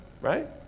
right